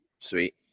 Sweet